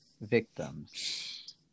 victims